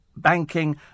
banking